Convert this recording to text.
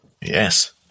Yes